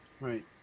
Right